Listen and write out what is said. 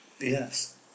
Yes